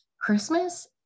Christmas